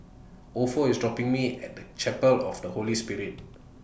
Opha IS dropping Me At Chapel of The Holy Spirit